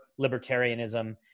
libertarianism